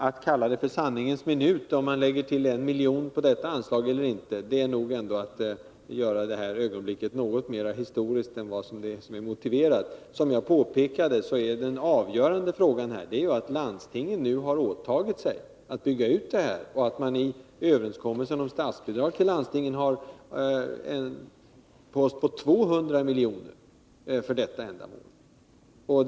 Att kalla det sanningens minut, om man lägger till 1 milj.kr. på detta anslag eller inte, är nog att göra ögonblicket något mera historiskt än vad som är motiverat. Som jag sade är den avgörande omständigheten att landstingen nu har åtagit sig att bygga ut den här verksamheten och att man i överenskommelsen om statsbidrag till landstingen har en post på 200 milj.kr. för detta ändamål.